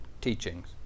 teachings